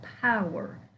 power